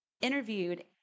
interviewed